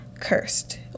cursed